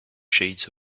shades